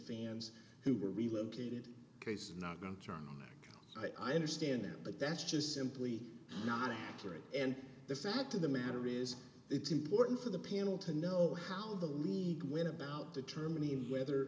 fans who were relocated case is not going to charm i understand that but that's just simply not accurate and the fact of the matter is it's important for the panel to know how the league when about determining whether